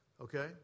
Okay